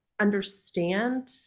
understand